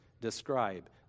describe